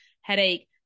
headache